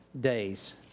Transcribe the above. days